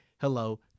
hello